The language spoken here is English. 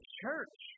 church